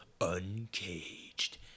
Uncaged